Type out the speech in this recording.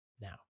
Now